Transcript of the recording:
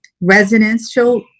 residential